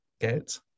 get